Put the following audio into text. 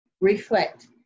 reflect